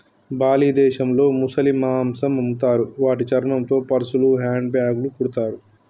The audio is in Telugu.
బాలి దేశంలో ముసలి మాంసం అమ్ముతారు వాటి చర్మంతో పర్సులు, హ్యాండ్ బ్యాగ్లు కుడతారు